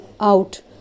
out